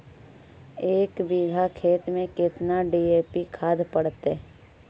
एक बिघा खेत में केतना डी.ए.पी खाद पड़तै?